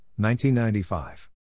1995